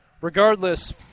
Regardless